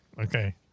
Okay